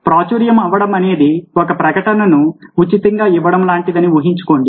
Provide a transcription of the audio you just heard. ప్రాచుర్యము అవ్వడం అనేది ఒక ప్రకటనను ఉచితంగా ఇవ్వడం లాంటిదని ఊహించుకోండి